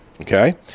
Okay